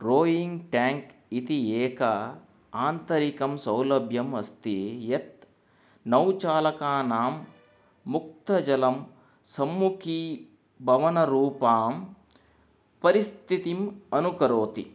rowing tank इति एका आन्तरिकं सौलभ्यम् अस्ति यत् नौचालकानां मुक्तजलं सम्मुखीभवनरूपां परिस्थितिम् अनुकरोति